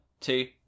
two